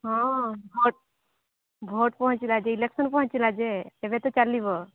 ହଁ vote vote ପହଞ୍ଚିଲା ଦୁଇ ଲକ୍ଷରେ ପହଞ୍ଚିଲା ଯେ ତେବେ ତ ଚାଲିବ